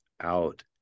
out